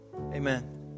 Amen